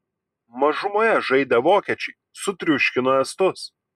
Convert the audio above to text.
mažumoje žaidę vokiečiai sutriuškino estus